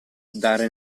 dare